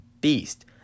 beast